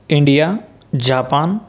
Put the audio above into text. India Japan